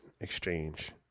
exchange